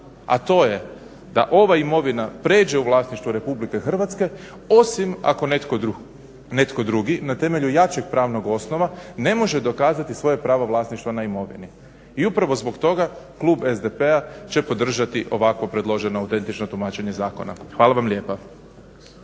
a to je da ova imovina pređe u vlasništvo RH osim ako netko drugi na temelju jačeg pravnog osnova ne može dokazati svoje pravo vlasništva na imovini. I upravo zbog toga klub SDP-a će podržati ovako predloženo identično tumačenje zakona. Hvala vam lijepa.